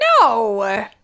No